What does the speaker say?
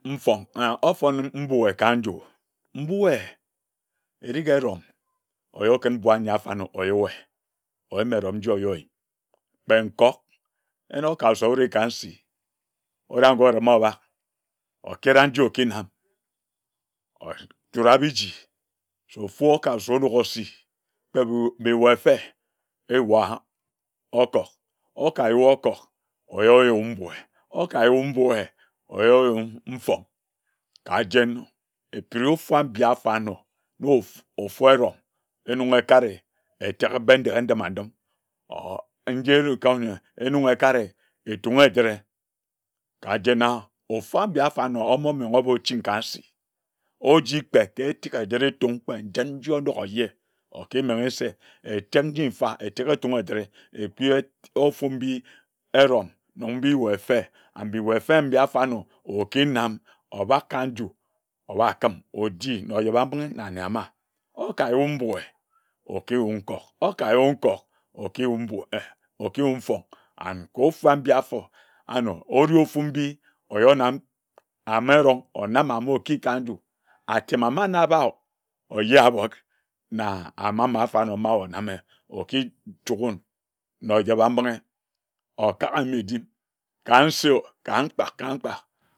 Mfong na ofon mbue ka nju mbue erige erom wae okun mbue anyi afarnor oyuer oyim erom nji oyoer kpe nkok enase owuri nka nsi ore agor orimo obak okera nji okinam otura biji se ofu okasi onongor osi kpe wu bu wae efe ewuham okor okawu okor oyoryor mbuea okayo mbue oyoryor mfong kajen etu mfam mbi afarnor wof ofu erom enong ekare eteke Bendeghe ndima ndim orr nji eru kane enonge ekare etung ejire kajena ofam mbi afarno omomongo oborchin ka nsi oji kpe ka etek ejire etung kpe njin nji onongor oje okimenge se etek njifa eteke etung ejire ekpiet ofumbi erom nombi wae efe and mbi wae efe mbi afarno okinam obak ka nju owa kim oji na oyebambinghe na ane ama okayun mbuea okiwun nkok okayun nkok mbuea okiyun mfong and kor ofam mbi afor anor ore ofumbi oyor nam amim erong anam na amim oki ka nju atema ama na aba oye abor na amim ama afarno ma oname oki chugiin na ojebambinghe okak anne ejik ka nsioo ka mkpak ka mkpak